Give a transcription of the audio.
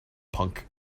punk